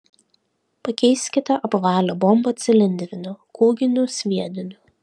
pakeiskite apvalią bombą cilindriniu kūginiu sviediniu